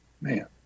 Man